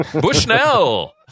bushnell